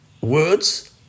words